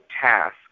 task